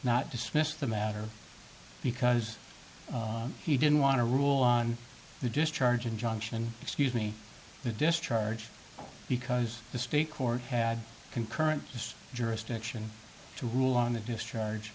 not dismiss the matter because he didn't want to rule on the discharge injunction excuse me the discharge because the state court had concurrent just jurisdiction to rule on the discharge